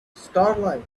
starlight